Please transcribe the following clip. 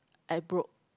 I broke